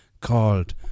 called